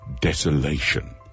desolation